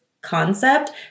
concept